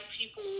people